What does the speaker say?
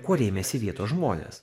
kuo rėmėsi vietos žmonės